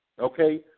okay